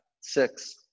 six